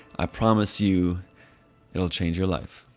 i promise you it'll change your life.